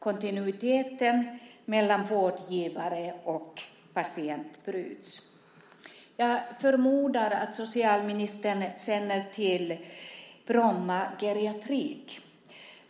Kontinuiteten mellan vårdgivare och patient bryts. Jag förmodar att socialministern känner till Brommageriatriken.